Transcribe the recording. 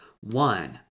one